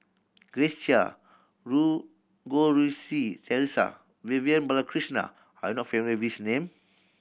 Grace Chia Goh Rui Si Theresa Vivian Balakrishnan are you not familiar these name